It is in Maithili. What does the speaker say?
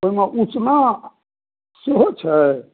एहिमे उसना सेहो छै